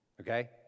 Okay